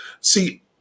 See